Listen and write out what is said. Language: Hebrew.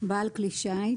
"בעל כלי שיט"